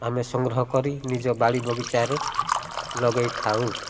ଆମେ ସଂଗ୍ରହ କରି ନିଜ ବାଡ଼ି ବଗିଚାରେ ଲଗେଇଥାଉ